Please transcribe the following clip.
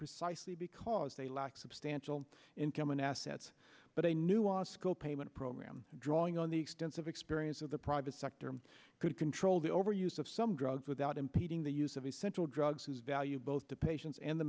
precisely because they lack substantial income and assets but a new os co payment program drawing on the extensive experience with the private sector could control the overuse of some drugs without impeding the use of essential drugs whose value both to patients and the